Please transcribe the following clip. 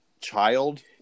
child